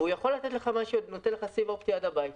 והוא יכול לתת לך מה שנותן לך סיב אופטי עד הבית.